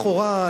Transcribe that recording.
לכאורה,